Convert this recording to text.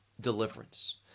deliverance